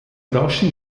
raschen